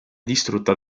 distrutta